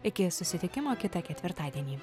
iki susitikimo kitą ketvirtadienį